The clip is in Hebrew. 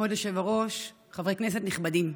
כבוד היושב-ראש, חברי כנסת נכבדים,